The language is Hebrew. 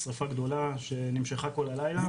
שריפה גדולה שנמשכה כל הלילה,